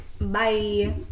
Bye